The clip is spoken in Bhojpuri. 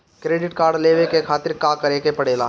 क्रेडिट कार्ड लेवे के खातिर का करेके पड़ेला?